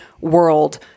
world